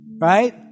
right